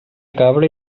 cabra